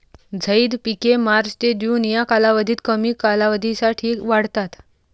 झैद पिके मार्च ते जून या कालावधीत कमी कालावधीसाठी वाढतात